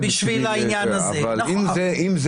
האם זה